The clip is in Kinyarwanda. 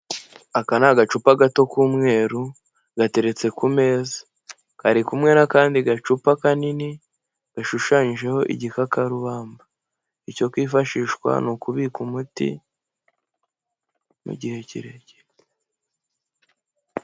Aka ni agacupa gato k'umweru gateretse ku meza, kari kumwe n'akandi gacupa kanini, gashushanyijeho igikakarubamba, icyo kifashishwa ni ukubika umuti mu gihe kirekire.